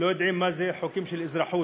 לא יודעים מה זה חוקים של אזרחות.